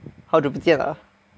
好久不见 lah